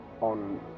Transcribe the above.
on